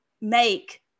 make